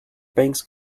bank’s